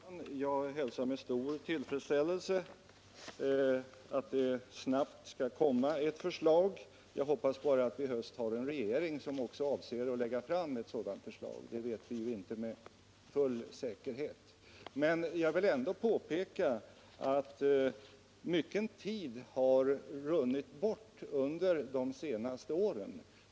Herr talman! Jag hälsar med stor tillfredsställelse att det snabbt skall läggas fram ett förslag. Jag hoppas bara att vi i höst har en regering som också avser att lägga fram ett sådant förslag. Det vet vi inte nu med full säkerhet. Jag vill ändå påpeka att mycken tid har runnit bort under de senaste åren.